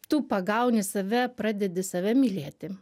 tu pagauni save pradedi save mylėti